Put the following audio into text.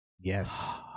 Yes